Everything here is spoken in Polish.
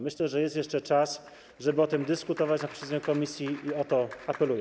Myślę, że jest jeszcze czas, żeby o tym dyskutować na posiedzeniu komisji, i o to apeluję.